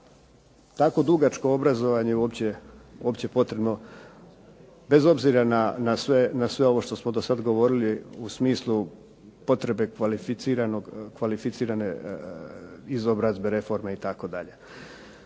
tako dugačko obrazovanju uopće potrebno, bez obzira na ovo sve što smo do sada govorili u smislu potrebe kvalificirane izobrazbe reforme itd.